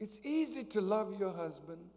it's easy to love your husband